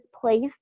place